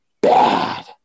bad